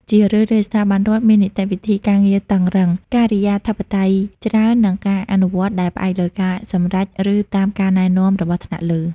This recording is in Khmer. ជារឿយៗ ស្ថាប័នរដ្ឋមាននីតិវិធីការងារតឹងរ៉ឹង ការិយាធិបតេយ្យច្រើន និងការអនុវត្តដែលផ្អែកលើការសម្រេចចិត្ត ឬតាមការណែនាំរបស់ថ្នាក់លើ។